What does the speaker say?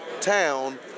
town